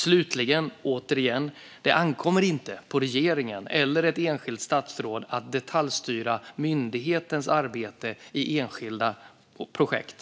Slutligen återigen, det ankommer inte på regeringen eller ett enskilt statsråd att detaljstyra myndighetens arbete i enskilda projekt.